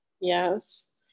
yes